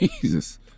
Jesus